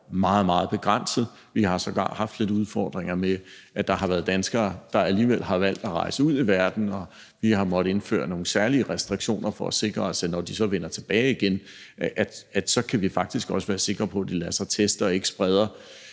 meget, meget begrænset. Vi har sågar haft lidt udfordringer med, at der har været danskere, det alligevel har valgt at rejse ud i verden, og vi har måttet indføre nogle særlige restriktioner, for at vi kan være sikre på, at de, når de så vender tilbage igen, lader sig teste og ikke spreder